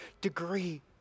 degree